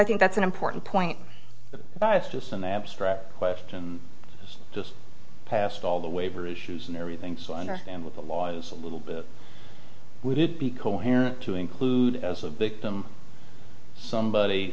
i think that's an important point that but it's just an abstract question just past all the waiver issues and everything so under the law is a little bit would it be coherent to include as a victim somebody